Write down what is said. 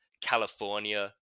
California